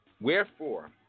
Wherefore